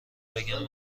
بگم